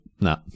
No